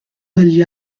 degli